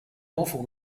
awful